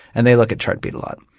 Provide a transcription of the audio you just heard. and they look at chartbeat a lot.